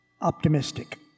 optimistic